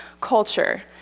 culture